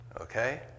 Okay